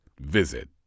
Visit